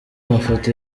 mafoto